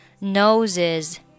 noses